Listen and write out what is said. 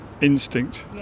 instinct